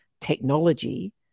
technology